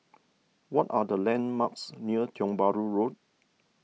what are the landmarks near Tiong Bahru Road